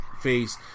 face